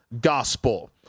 gospel